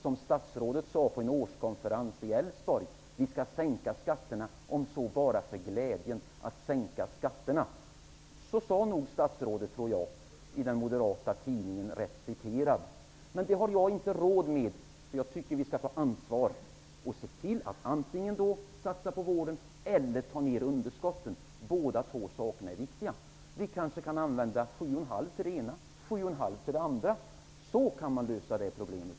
På en årskonferens i Älvsborg sade statsrådet att vi skall sänka skatterna om så bara för glädjen att sänka skatterna. Så sade statsrådet enligt moderata tidningen. En sådan inställning har jag inte råd med. Jag tycker att vi skall ta ansvar. Vi måste antingen satsa på vården eller minska underskotten. Båda åtgärderna är viktiga. Vi kanske kan använda 7,5 miljarder för det ena ändamålet och 7,5 miljarder för det andra. Så kan man lösa det problemet.